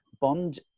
Bond